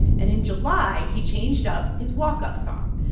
and in july, he changed up his walkup song.